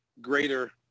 greater